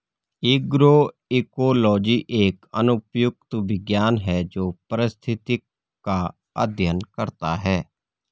agroecology एक अनुप्रयुक्त विज्ञान है जो पारिस्थितिक का अध्ययन करता है